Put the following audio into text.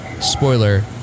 spoiler